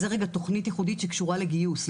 אז זו תכנית ייחודית שקשורה לגיוס,